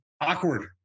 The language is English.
Awkward